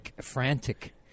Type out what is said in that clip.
frantic